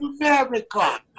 America